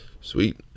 Sweet